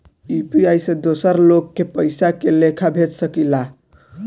UPI से दोसर लोग के पइसा के लेखा भेज सकेला?